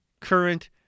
current